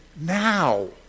now